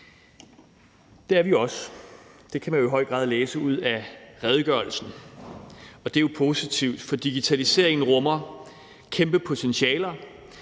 Det er vi også. Det kan man i høj grad læse ud af redegørelsen, og det er jo positivt, for digitaliseringen rummer kæmpe potentialer.